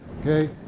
okay